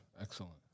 Excellent